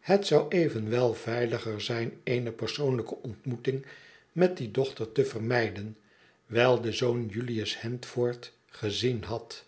het zou evenwel veiliger zijn eene persoonlijke ontmoeting met die dochter te vermijden wijl de zoon julius handford gezien had